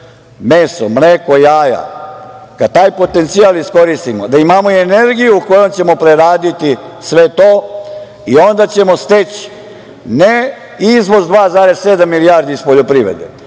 meso, mleko i jaja, kada taj potencijal iskoristimo, da imamo i energiju kojom ćemo preraditi sve to i onda ćemo steći ne izvoz 2,7 milijardi iz poljoprivrede,